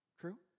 True